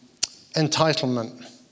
entitlement